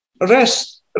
Rest